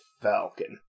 Falcon